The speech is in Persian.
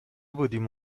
بودیم